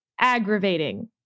aggravating